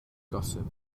gossip